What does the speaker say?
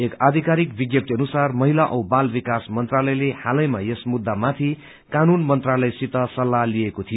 एक अँधिकारिक विज्ञप्ति अनुसार महिला औ बाल विकास मन्त्रालयले हलैमा यस मुद्धामाथि कानून मन्त्रालयसित सल्लाह लिएको थियो